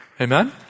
Amen